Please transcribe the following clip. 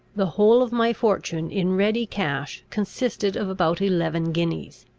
the whole of my fortune in ready cash consisted of about eleven guineas.